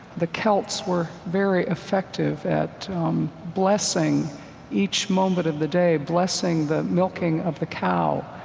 the celts were very effective at blessing each moment of the day, blessing the milking of the cow,